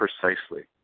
precisely